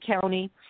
county